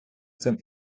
цим